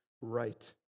right